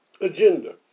agenda